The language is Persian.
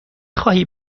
خواهی